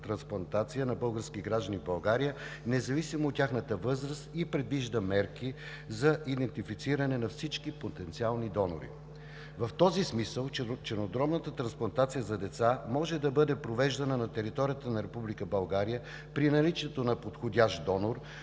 трансплантация на български граждани в България независимо от тяхната възраст и предвижда мерки за идентифициране на всички потенциални донори. В този смисъл чернодробната трансплантация за деца може да бъде провеждана на територията на Република България при наличието на подходящ донор,